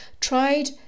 tried